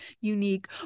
unique